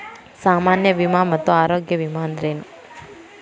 ಸಾಮಾನ್ಯ ವಿಮಾ ಮತ್ತ ಆರೋಗ್ಯ ವಿಮಾ ಅಂದ್ರೇನು?